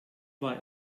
war